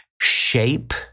Shape